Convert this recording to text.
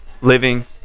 living